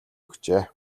өгчээ